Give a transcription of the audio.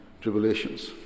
tribulations